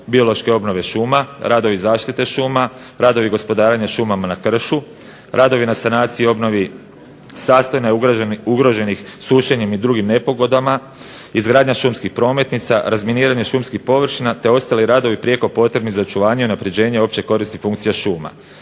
biološke obnove šuma, radovi zaštite šuma, radovi gospodarenja šumama na kršu, radovi na sanaciji i obnovi sastoja ugroženih sušenjem i drugim nepogodama, izgradnja šumskih prometnica, razminiranje šumskih površina, te ostali radovi prijeko potrebni za očuvanje, unapređenje opće korisnih funkcija šuma.